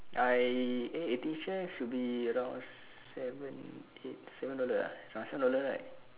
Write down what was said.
I eh eighteen chef should be around seven eight seven dollar ah around seven dollar right